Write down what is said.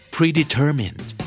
Predetermined